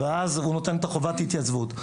ואז הוא נותן חובת התייצבות.